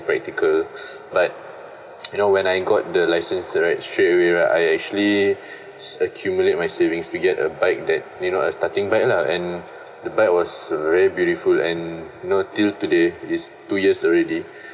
practical but you know when I got the license right straight away right I actually accumulate my savings to get a bike that you know uh starting bike lah and the bike was very beautiful and you know till today is two years already